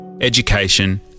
education